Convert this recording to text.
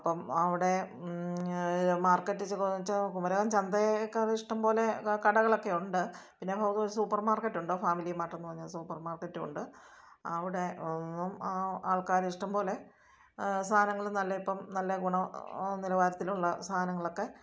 അപ്പം അവിടെ മാർക്കറ്റിൽ ചെന്നുവെന്നു എന്നു വെച്ചാൽ കുമരകം ചന്തയേക്കാൾ ഇഷ്ടം പോലെ കടകളൊക്കെ ഉണ്ട് പിന്നെ നമുക്ക് സൂപ്പർ മാർക്കെറ്റുണ്ട് ഫാമിലി മാർട്ടെന്നു പറഞ്ഞ സൂപ്പർ മാർക്കെറ്റുണ്ട് അവിടെ എന്നും ആൾ ആൾക്കാർ ഇഷ്ടം പോലെ സാധനങ്ങൾ നല്ല ഇപ്പം നല്ല ഗുണ നിലവാരത്തിലുള്ള സാധനങ്ങളൊക്കെ